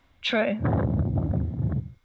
True